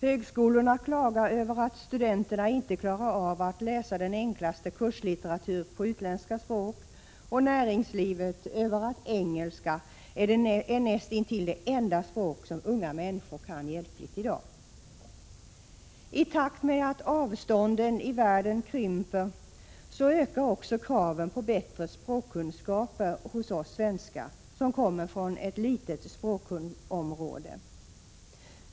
Högskolorna klagar över att studenterna inte klarar av att läsa den enklaste kurslitteratur på utländska språk och näringslivet över att engelska är näst intill det enda främmande språk som unga människor kan hjälpligt i dag. I takt med att avstånden i världen krymper ökar också kraven på bättre språkkunskaper hos oss svenskar, som tillhör ett litet språkområde.